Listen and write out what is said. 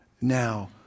now